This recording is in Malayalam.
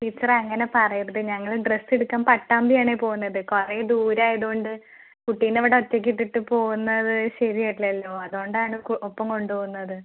ടീച്ചറേ അങ്ങനെ പറയരുത് ഞങ്ങൾ ഡ്രസ്സ് എടുക്കാൻ പട്ടാമ്പിയാണേ പോവുന്നത് കുറേ ദൂരെ ആയതുകൊണ്ട് കുട്ടീനെ ഇവിടെ ഒറ്റയ്ക്ക് ഇട്ടിട്ട് പോവുന്നത് ശരിയല്ലല്ലൊ അതുകൊണ്ടാണ് ഒപ്പം കൊണ്ടുപോവുന്നത്